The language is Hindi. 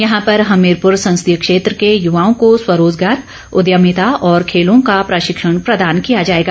यहां पर हमीरपुर संसदीय क्षेत्र के युवाओं को स्वरोजगार उद्यभिता और खेलों का प्रशिक्षण प्रदान किया जाएगा